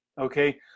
Okay